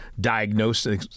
diagnosis